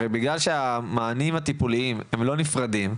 בגלל שהמענים הטיפוליים הם לא נפרדים,